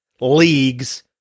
leagues